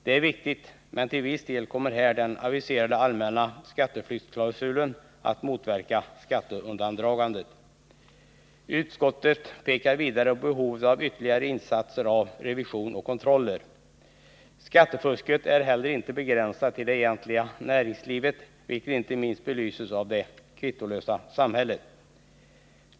Detta är viktigt, men till viss del kommer här den aviserade allmänna skatteflyktsklausulen att motverka skatteundandragandet. Utskottet pekar vidare på behovet av ytterligare insatser av revision och kontroller. Skattefusket är inte heller begränsat till det egentliga näringslivet, vilket inte minst belyses av det kvittolösa samhället.